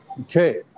Okay